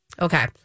Okay